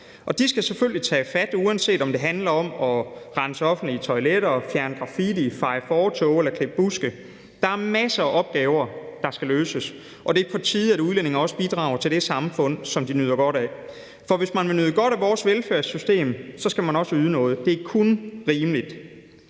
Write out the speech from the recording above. De skal selvfølgelig tage fat, uanset om det handler om at rense offentlige toiletter, fjerne graffiti, feje fortove eller klippe buske. Der er masser af opgaver, der skal løses, og det er på tide, at udlændinge også bidrager til det samfund, som de nyder godt af. For hvis man vil nyde godt af vores velfærdssystem, skal man også yde noget. Det er kun rimeligt.